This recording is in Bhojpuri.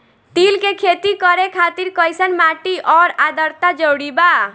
तिल के खेती करे खातिर कइसन माटी आउर आद्रता जरूरी बा?